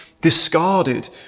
discarded